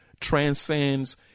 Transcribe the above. transcends